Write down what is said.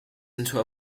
into